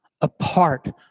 apart